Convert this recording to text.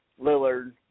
Lillard